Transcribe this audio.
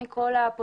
מרמה,